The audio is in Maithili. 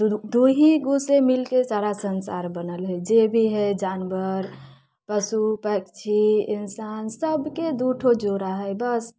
दुरु दू ही गो से मिलके सारा सन्सार बनल हय जे भी हय जानवर पशु पक्षी इन्सान सभकेँ दूठो जोड़ा हय बस